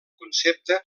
concepte